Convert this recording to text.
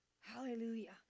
Hallelujah